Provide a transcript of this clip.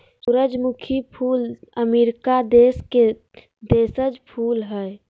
सूरजमुखी फूल अमरीका देश के देशज फूल हइ